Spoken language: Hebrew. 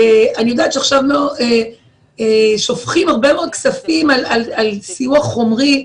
אני יודעת שעכשיו שופכים הרבה מאוד כספים על סיוע חומרי,